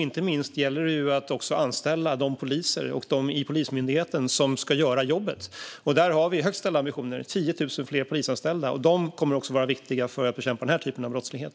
Inte minst gäller det att anställa de poliser och de personer i Polismyndigheten som ska göra jobbet. Där har vi högt ställda ambitioner med 10 000 fler polisanställda. De kommer också att vara viktiga för att bekämpa den här typen av brottslighet.